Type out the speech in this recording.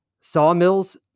sawmills